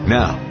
now